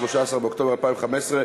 13 באוקטובר 2015,